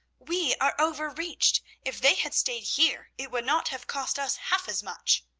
we are over-reached. if they had stayed here, it would not have cost us half as much.